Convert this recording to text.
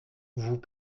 vous